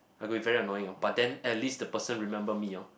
I could be very annoying hor but then at least the person remember me hor